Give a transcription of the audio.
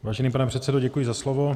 Vážený pane předsedo, děkuji za slovo.